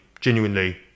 genuinely